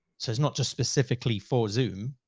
so it's not just specifically for zoom.